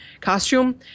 costume –